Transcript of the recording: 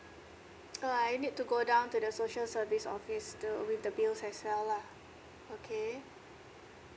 oh I would I need to go down to the social service office to with the bills as well lah okay